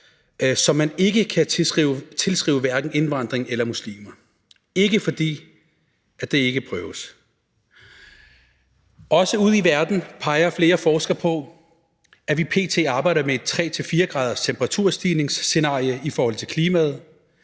som man hverken kan tilskrive indvandring eller muslimer. Det er ikke, fordi det ikke prøves. Også ude i verden peger flere forskere på, at vi p.t. arbejder med et 3-4 graders temperaturstigningsscenarie i forhold til klimaloven.